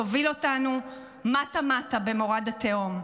תוביל אותנו מטה-מטה במורד התהום,